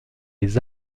les